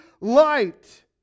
light